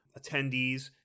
attendees